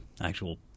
actual